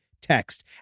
text